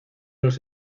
los